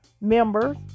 members